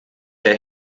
der